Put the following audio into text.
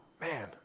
man